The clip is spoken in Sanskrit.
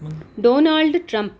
Donald Trump